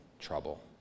trouble